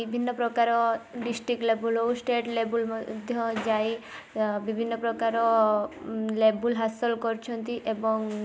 ବିଭିନ୍ନ ପ୍ରକାର district level ହେଉ ଷ୍ଟେଟ୍ ଲେଭ୍ଲ୍ ମଧ୍ୟ ଯାଇ ବିଭିନ୍ନ ପ୍ରକାର ଲେଭ୍ଲ୍ ହାସଲ କରିଛନ୍ତି ଏବଂ